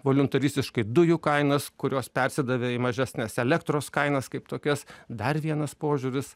voliuntaristiškai dujų kainas kurios persidavė į mažesnes elektros kainas kaip tokias dar vienas požiūris